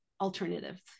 alternatives